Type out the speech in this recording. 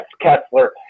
Kessler